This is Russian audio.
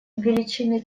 величины